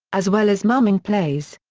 as well as mumming plays.